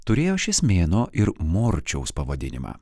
turėjo šis mėnuo ir morčiaus pavadinimą